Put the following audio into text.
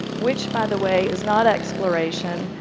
which, by the way, is not exploration.